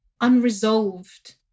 unresolved